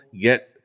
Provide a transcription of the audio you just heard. get